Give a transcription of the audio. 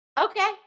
Okay